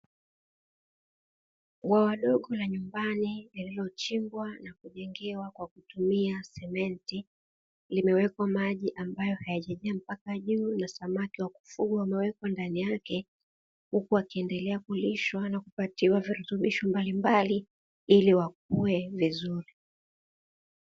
Bwawa dogo la nyumbani lililochimbwa na kujengewa kwa kutumia simenti limewekwa maji ambayo hayajajaa mpaka juu, na samaki wa kufugwa wamewekwa ndani yake huku wakiendelea kulishwa na kupatiwa virutubisho mbalimbali ili wakue vizuri.